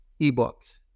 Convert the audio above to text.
ebooks